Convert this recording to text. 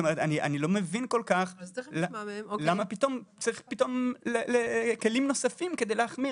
אני לא מבין כל כך למה צריך פתאום כלים נוספים כדי להחמיר.